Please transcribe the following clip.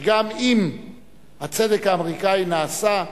שגם אם הצדק האמריקני נעשה,